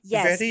Yes